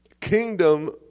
kingdom